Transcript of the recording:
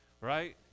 right